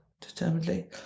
Determinedly